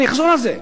אני אחזור על זה,